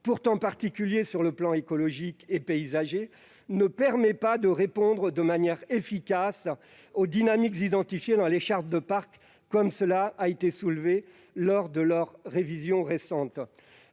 pourtant particuliers sur le plan écologique et paysager, ne permet pas de répondre de manière efficace aux dynamiques identifiées dans les chartes de parcs, comme cela a été souligné lors de leur récente